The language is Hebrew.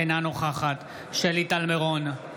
אינה נוכחת שלי טל מירון,